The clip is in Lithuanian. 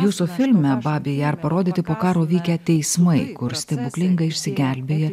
jūsų filme babi jar parodyti po karo vykę teismai kurs stebuklingai išsigelbėję